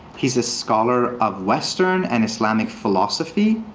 he's a scholar of western and islamic philosophy.